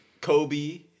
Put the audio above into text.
Kobe